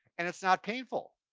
and it's not painful.